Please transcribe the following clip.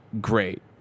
great